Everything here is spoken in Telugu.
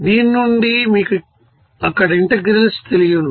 దిని నుండి మీకు అక్కడ ఇంటెగ్రల్స్ తెలియును